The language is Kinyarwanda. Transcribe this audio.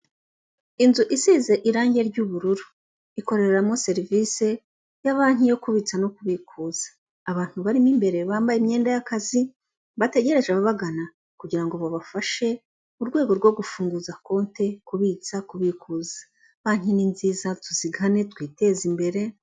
Inzu isize irangi ry'ubururu, ikoreramo serivisi ya banki yo kubitsa no kubikuza, abantu barimo imbere bambaye imyenda y'akazi, bategereje ababagana kugira ngo babafashe mu rwego rwo gufunguza konti, kubitsa kubikuza, banki ni nziza tuzigane twiteze imbere.